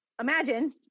imagine